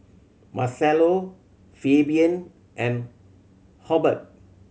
Marcello Fabian and Hubbard